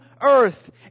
earth